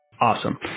Awesome